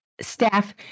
staff